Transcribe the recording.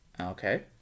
Okay